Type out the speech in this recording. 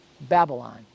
Babylon